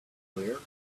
clear